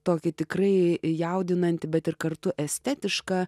tokį tikrai jaudinantį bet ir kartu estetišką